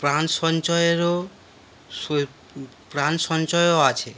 প্রাণ সঞ্চয়েরও প্রাণ সঞ্চয়ও আছে